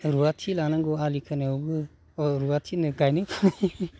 रुवाथि लानांगौ आलि खोनायावबो अह रुवाथिनो गायनाय फुनाय